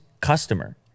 customer